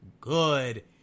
good